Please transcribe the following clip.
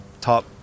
top